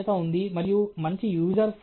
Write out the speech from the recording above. ఇక్కడ తలెత్తే మరొక ప్రశ్న మోడలింగ్ యొక్క పరిధి